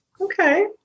Okay